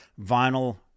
vinyl